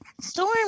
Storm